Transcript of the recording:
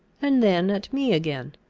and then at me again.